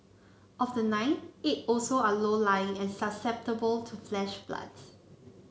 of the nine eight also are low lying and susceptible to flash floods